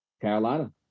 Carolina